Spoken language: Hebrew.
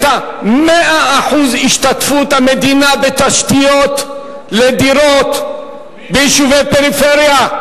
היה 100% השתתפות המדינה בתשתיות לדירות ביישובי פריפריה.